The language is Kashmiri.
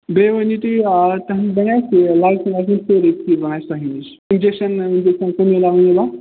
بیٚیہِ ؤنیُو تُہۍ تۄہہِ نِش بنیے اَسہِ یہِ لَکٔٹۍ لَکٔٹۍ سٲری چیٖز بَنَن اَسہِ تۄہہِ نِش اِنجَکشَن وِنجَکشَن